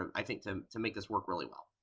and i think, to to make this work really well.